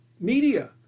media